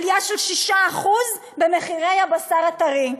עלייה של 6% במחירי הבשר הטרי.